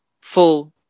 full